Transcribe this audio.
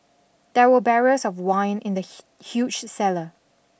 there were barrels of wine in the huge cellar